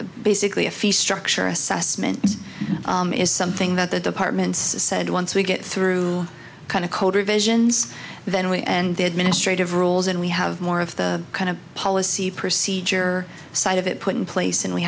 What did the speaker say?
basically a fee structure assessment is something that the departments said once we get through kind of code revisions then we end the administrative roles and we have more of the kind of policy procedure side of it put in place and we